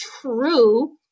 true